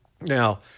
Now